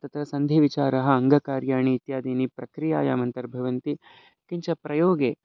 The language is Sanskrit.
तत्र सन्धिविचाराः अङ्गकार्याणि इत्यादीनि प्रक्रियायाम् अन्तर्भवन्ति किञ्च प्रयोगे